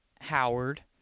Howard